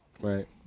Right